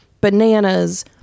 bananas